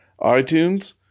iTunes